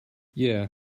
yeah